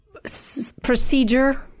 procedure